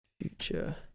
future